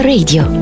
Radio